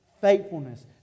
faithfulness